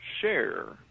share